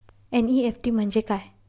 NEFT म्हणजे काय?